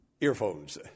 earphones